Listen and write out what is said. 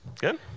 Good